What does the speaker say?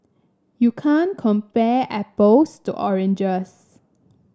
you can't compare apples to oranges